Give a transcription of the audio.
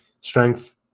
strength